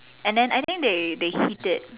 and then I think they heat it